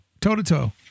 toe-to-toe